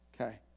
Okay